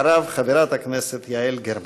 אחריו, חברת הכנסת יעל גרמן.